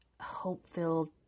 hope-filled